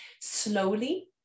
Slowly